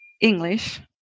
English